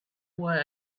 why